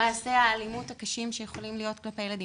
מעשי האלימות הקשים שיכולים להיות כלפי ילדים.